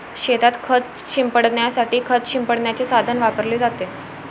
शेतात खत शिंपडण्यासाठी खत शिंपडण्याचे साधन वापरले जाते